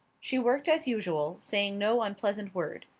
she worked as usual, saying no unpleasant word.